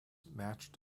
matched